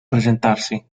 presentarsi